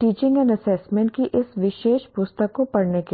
teaching and assessment कि इस विशेष पुस्तक को पढ़ने के लिए